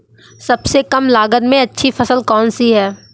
सबसे कम लागत में अच्छी फसल कौन सी है?